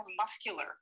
muscular